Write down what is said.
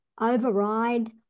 override